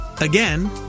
Again